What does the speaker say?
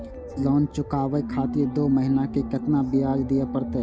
Loan चुकाबे खातिर दो महीना के केतना ब्याज दिये परतें?